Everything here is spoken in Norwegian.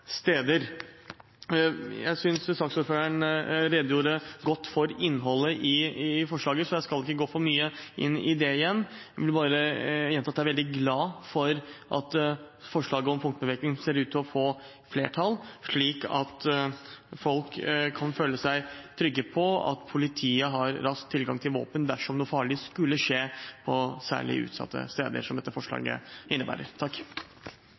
steder. Jeg synes saksordføreren redegjorde godt for innholdet i forslaget, så jeg skal ikke gå for mye inn i det igjen. Jeg vil bare gjenta at jeg er veldig glad for at forslaget om punktbevæpning ser ut til å få flertall, slik at folk kan føle seg trygge på at politiet har rask tilgang til våpen dersom noe farlig skulle skje på særlig utsatte steder, som dette forslaget innebærer.